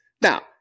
Now